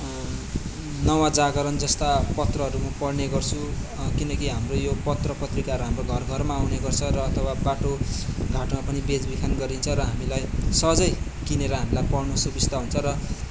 नवजागरण जस्ता पत्रहरू म पढ्ने गर्छु किनकि हाम्रो यो पत्र पत्रिकाहरू हाम्रो घर घरमा आउने गर्छ र अथवा बाटो घाटोमा पनि बेचबिखन गरिन्छ र हामीलाई सहजै किनेर हामीलाई पढ्नु सुविस्ता हुन्छ र